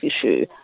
issue